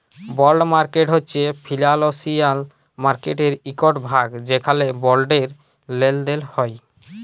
বল্ড market হছে financial মার্কেটের ইকট ভাগ যেখালে বল্ডের লেলদেল হ্যয়